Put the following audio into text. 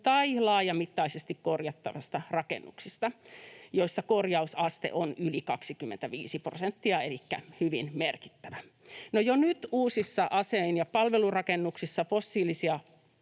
tai laajamittaisesti korjattavista rakennuksista, joissa korjausaste on yli 25 prosenttia elikkä hyvin merkittävä. Jo nyt uusissa asuin- ja palvelurakennuksissa fossiilisiin